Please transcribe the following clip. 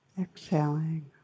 exhaling